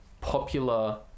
popular